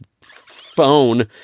phone